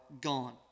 gone